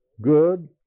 good